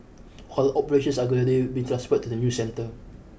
whole operations are gradually being transferred to the new centre